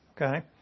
okay